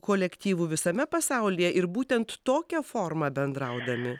kolektyvų visame pasaulyje ir būtent tokia forma bendraudami